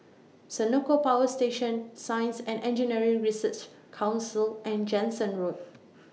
Senoko Power Station Science and Engineering Research Council and Jansen Road